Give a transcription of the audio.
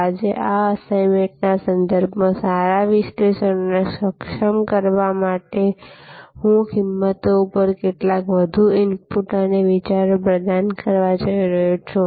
આજે આ અસાઇનમેન્ટના સંદર્ભમાં સારા વિશ્લેષણને સક્ષમ કરવા માટે હું કિંમતો પર કેટલાક વધુ ઇનપુટ્સ અને વિચારો પ્રદાન કરવા જઈ રહ્યો છું